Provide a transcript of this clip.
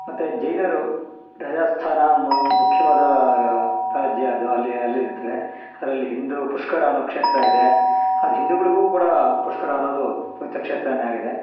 ಮತ್ತೆ ಜೈನರು ರಾಜಾಸ್ಥಾನ ಮುಖ್ಯವಾದ ರಾಜ್ಯ ಅದು ಅಲ್ಲಿ ಅಲ್ಲಿರ್ತಾರೆ ಅದ್ರಲ್ಲಿ ಹಿಂದೂ ಪುಷ್ಕರ ಅನ್ನೋ ಕ್ಷೇತ್ರ ಇದೆ ಅದ್ ಹಿಂದೂಗಳಿಗೂ ಕೂಡ ಪುಷ್ಕರ ಅನ್ನೋದು ಪವಿತ್ರ ಕ್ಷೇತ್ರ ಆಗಿದೆ